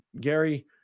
Gary